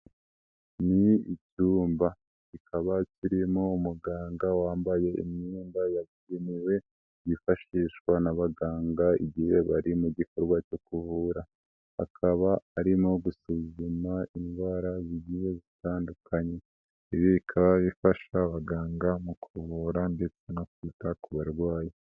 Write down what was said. Ni icyumba kikaba kirimo umuganga wambaye imyenda yagenewe yifashishwa n'abaganga igihe bari mu gikorwa cyo kuvura, akaba arimo gusuzuma indwara zigiye zitandukanye, ibi bikaba bifasha abaganga mu kuvura ndetse no kwita ku barwayi.